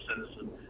citizen